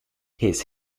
his